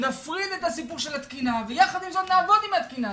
נפריד את הסיפור של התקינה ויחד עם זאת נעבוד עם התקינה.